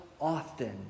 often